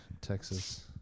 Texas